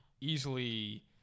easily